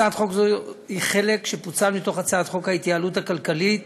הצעת חוק זו היא חלק שפוצל מתוך הצעת חוק ההתייעלות הכלכלית